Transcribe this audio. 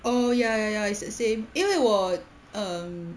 oh ya ya ya it's the same 因为我 um